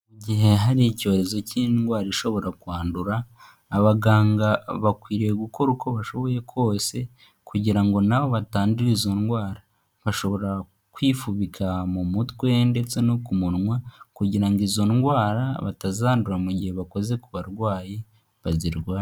Mu gihe hari icyorezo cy'indwara ishobora kwandura, abaganga bakwiriye gukora uko bashoboye kose, kugira ngo nabo batandura izo ndwara, bashobora kwifubika mu mutwe ndetse no ku munwa kugira ngo izo ndwara batazandura mu gihe bakoze ku barwayi bazirwaye.